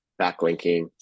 backlinking